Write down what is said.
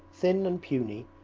thin and puny,